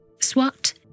SWAT